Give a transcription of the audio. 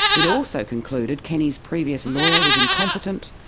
it also concluded kenny's previous lawyer was incompetent,